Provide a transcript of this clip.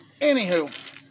Anywho